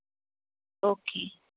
okay